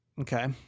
Okay